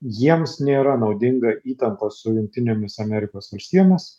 jiems nėra naudinga įtampa su jungtinėmis amerikos valstijomis